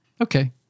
Okay